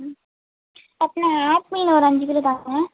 ம் அப்படினா ஆப்பிள் ஒரு அஞ்சு கிலோ தாங்க